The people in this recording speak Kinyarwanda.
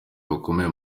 bakomeye